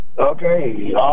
Okay